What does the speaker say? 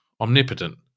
omnipotent